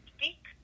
Speak